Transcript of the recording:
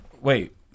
Wait